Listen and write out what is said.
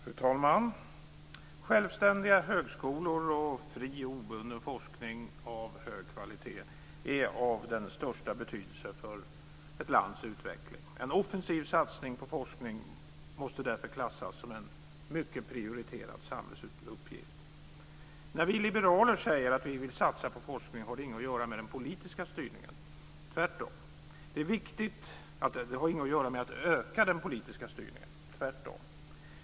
Fru talman! Självständiga högskolor och fri och obunden forskning av hög kvalitet är av största betydelse för ett lands utveckling. En offensiv satsning på forskning måste därför klassas som en mycket prioriterad samhällsuppgift. När vi liberaler säger att vi vill satsa på forskning har det ingenting med att öka den politiska styrningen att göra - tvärtom.